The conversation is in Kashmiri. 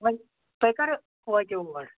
وۅنۍ تُہۍ کَرٕ وٲتِو اور